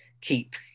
Keep